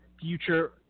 future